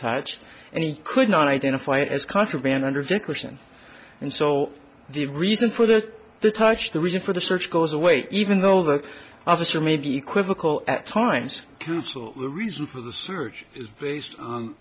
touch and he could not identify it as contraband under dickerson and so the reason for that the touch the reason for the search goes away even though the officer may be equivocal at times counsel the reason for the search is based on